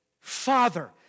Father